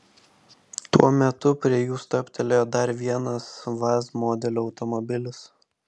tuo metu prie jų stabtelėjo dar vienas vaz modelio automobilis